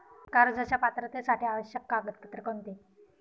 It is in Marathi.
कर्जाच्या पात्रतेसाठी आवश्यक कागदपत्रे कोणती?